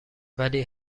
ولی